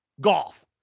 golf